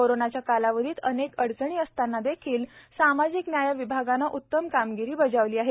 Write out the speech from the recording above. कोरोनाच्या कालावधित अनेक अडचणी असतांना देखील सामाजिक न्याय विभागाने उतम कामगिरी बजावली आहे